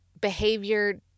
behavior